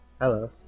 Hello